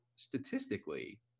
statistically